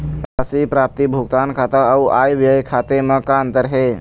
राशि प्राप्ति भुगतान खाता अऊ आय व्यय खाते म का अंतर हे?